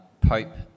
Pope